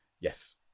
Yes